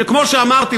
שכמו שאמרתי,